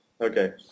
Okay